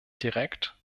direkt